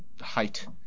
height